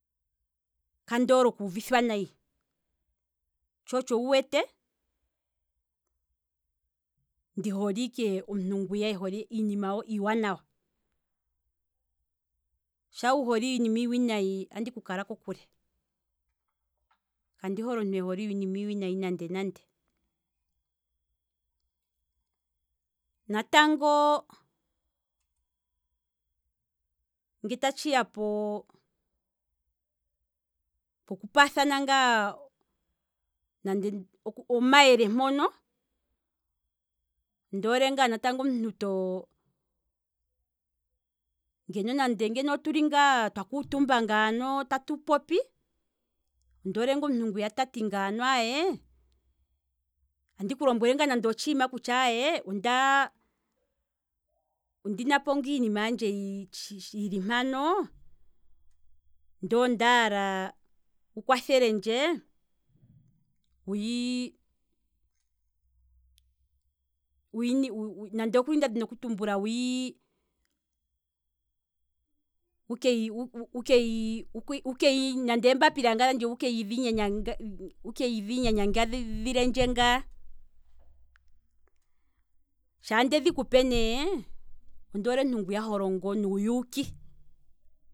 Ka ndoole okuuvithwa nayi, tsho otsho wu wete, ndi hole ike omuntu ngwiya ehole iinima iiwanawa, shaa wu hole iinima iiwinayi, andiku kala kokule, kandi hole omuntu ehole iinima iiwinayi nande nande, natango nge ta tshiya po- po- poku paathana ngaa omayele mpono, ondoole ngaa natango omuntu to, tuli ngaa twa kuutumba ngaano tatu popi, ondoole ngaa omuntu ngwiya tati ngaano, aaye, andi ku lombwele ngaa nande otshiima kutya onda ondina po ngaano iinima yandje yili mpano, nde ondaala wukwa thelendje wuyi, nande okuli nda dhini oku tumbula wukeyi wukeyi eembapila dhandje wuke dhi nyanyangidhilendje ngaa, shaa ndedhi kupe nee, ondoole omuntu ngwiya holongo nuuyuki